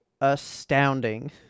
astounding